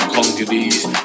Congolese